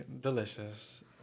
Delicious